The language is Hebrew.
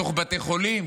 בתוך בתי חולים,